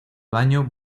baño